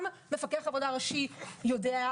גם מפקח עבודה ראשי יודע.